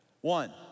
one